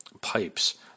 pipes